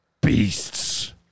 beasts